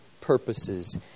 purposes